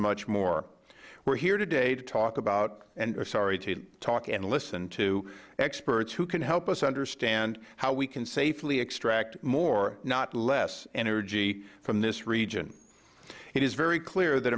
much more we're here today to talk about sorry to talk and listen to experts who can help us understand how we can safely extract more not less energy from this region it is very clear that